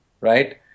right